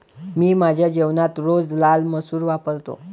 मी माझ्या जेवणात रोज लाल मसूर वापरतो